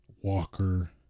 walker